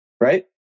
right